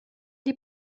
die